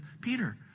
Peter